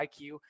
IQ